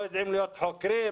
לא יודעים להיות חוקרים?